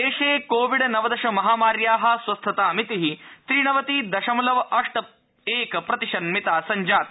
corona देशे Covid नवदश महामार्या स्वस्थतामिति त्रिनवप्ति दशमलव अष्ट प्रतिशन्मिता संजाता